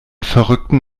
verrückten